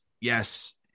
yes